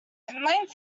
inline